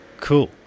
cool